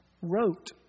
wrote